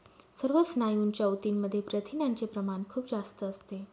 सर्व स्नायूंच्या ऊतींमध्ये प्रथिनांचे प्रमाण खूप जास्त असते